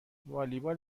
والیبال